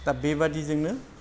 दा बेबादिजोंनो